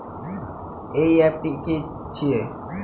NEFT की छीयै?